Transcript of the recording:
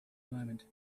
moment